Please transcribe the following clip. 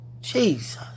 Jesus